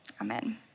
Amen